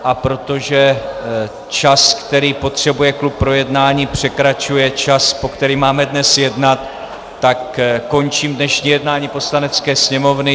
A protože čas, který potřebuje klub k projednání, překračuje čas, po který máme dnes jednat, tak končím dnešní jednání Poslanecké sněmovny.